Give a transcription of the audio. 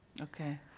Okay